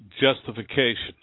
justification